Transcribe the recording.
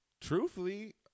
truthfully